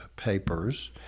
papers